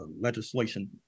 legislation